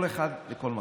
כל אחד לכל מקום.